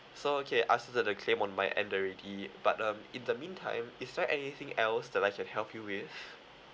so okay I've inserted the claim on my end already but um in the meantime is there anything else that I can help you with